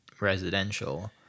residential